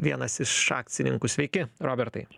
vienas iš akcininkų sveiki robertai